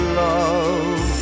love